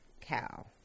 cow